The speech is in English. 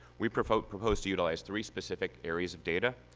we propose propose to utilize three specific areas of data.